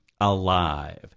alive